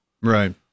Right